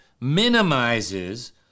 minimizes